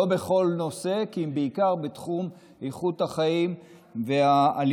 לא בכל נושא כי אם בעיקר בתחום איכות החיים והאלימות,